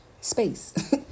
space